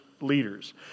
leaders